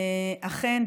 אכן,